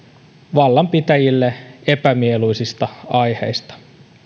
vallanpitäjille epämieluisista aiheista